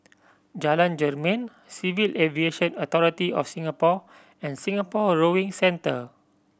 Jalan Jermin Civil Aviation Authority of Singapore and Singapore Rowing Centre